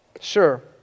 Sure